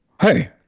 Hey